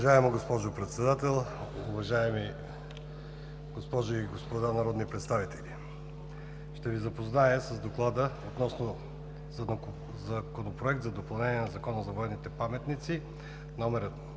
Уважаема госпожо Председател, уважаеми госпожи и господа народни представители! Ще Ви запозная с: „ДОКЛАД относно Законопроект за допълнение на Закона за военните паметници, №